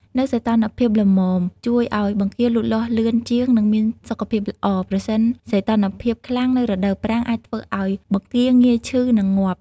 នៅសីតុណ្ហភាពល្មមជួយឲ្យបង្គាលូតលាស់លឿនជាង និងមានសុខភាពល្អ ប្រសិនសីតុណ្ហភាពខ្លាំងនៅរដូវប្រាំងអាចធ្វើឲ្យបង្គាងាយឈឺ និងងាប់។